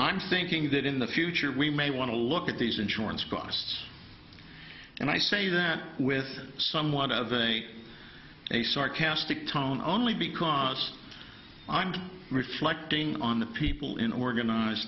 i'm thinking that in the future we may want to look at these insurance costs and i say that with a somewhat of a a sarcastic tone only because i'm reflecting on the people in organized